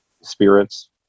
spirits